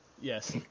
Yes